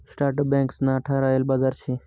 startup banks ना ठरायल बाजार शे